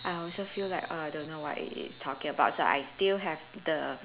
I also feel like err I don't know what it is talking about so I still have the